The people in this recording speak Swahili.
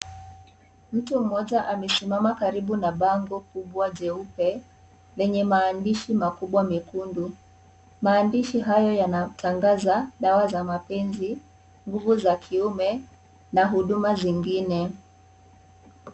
Mtu mmoja amesimama karibu na bango kubwa jeupe lenye maandshi makuba mekundu. Maandishi hayo yanatangaza dawa za mapenzi, nguvu za kiume na huduma zingine.